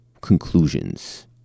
conclusions